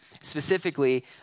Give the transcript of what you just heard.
specifically